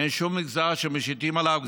אין שום מגזר שמשיתים עליו גזרות.